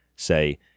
say